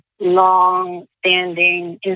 long-standing